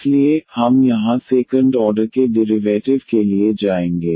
इसलिए हम यहां सेकंड ऑर्डर के डिरिवैटिव के लिए जाएंगे